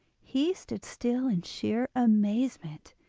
he stood still in sheer amazement,